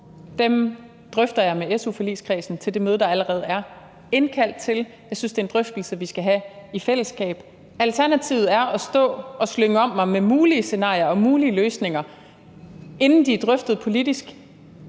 Dem drøfter jeg med su-forligskredsen på det møde, der allerede er indkaldt til. Jeg synes, det er en drøftelse, vi skal have i fællesskab. Alternativet er, at jeg står og slynger om mig med mulige scenarier og mulige løsninger, inden de er drøftet politisk,